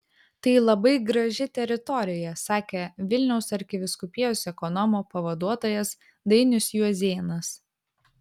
tai labai graži teritorija sakė vilniaus arkivyskupijos ekonomo pavaduotojas dainius juozėnas